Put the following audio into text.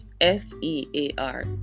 F-E-A-R